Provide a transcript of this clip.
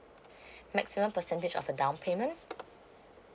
maximum percentage of a down payment